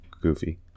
goofy